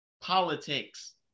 politics